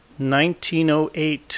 1908